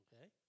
okay